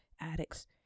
Addicts